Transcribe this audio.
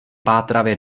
pátravě